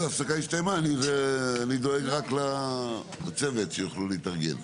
השנאת או אגירת אנרגיה לתפעול קו תשתית תת-קרקעי: